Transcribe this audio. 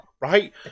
right